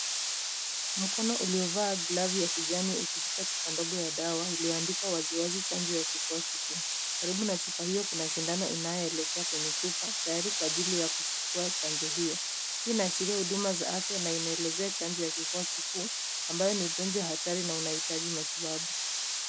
Mkono uliovaa glovu ya kijani ukishika chupa ndogo ya dawa iliyoandikwa waziwazi chanjo ya kifua kikuu Karibu na chupa hiyo kuna sindano inayoelekea kwenye chupa tayari kwa ajili ya kuchukua chanjo hiyo .Hii inaashiria huduma za afya na inaelezea chanjo ya kifua kikuu ambayo ni ugonjwa hatari na unaitaji matibabu.